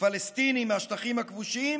פלסטינים מהשטחים הכבושים,